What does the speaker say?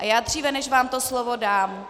A dříve, než vám to slovo dám...